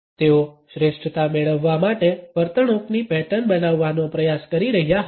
તેઓ શ્રેષ્ઠતા મેળવવા માટે વર્તણૂકની પેટર્ન બનાવવાનો પ્રયાસ કરી રહ્યા હતા